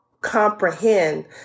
comprehend